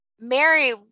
Mary